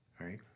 Right